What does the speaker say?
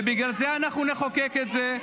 תגיש תלונה למשטרה --- ובגלל זה אנחנו נחוקק את זה.